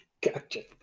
gotcha